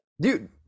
Dude